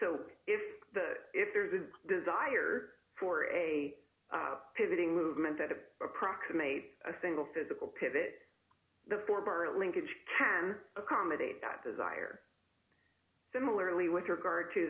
so if the if there is a desire for a pivoting movement that of approximate a single physical pivot the four current linkage can accommodate that desire similarly with regard to